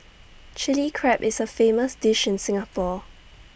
Chilli Crab is A famous dish in Singapore